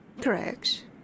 Correct